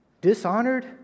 dishonored